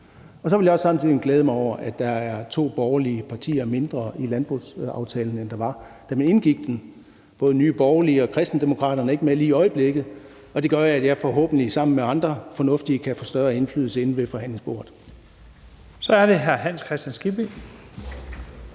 Så vil jeg samtidig glæde mig over, at der er to borgerlige partier mindre i landbrugsaftalen, end der var, da vi indgik den. Hverken Nye Borgerlige eller Kristendemokraterne er med lige i øjeblikket, og det gør, at jeg forhåbentlig sammen med andre fornuftige kan få større indflydelse inde ved forhandlingsbordet. Kl. 15:08 Første